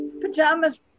pajamas